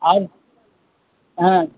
আর হ্যাঁ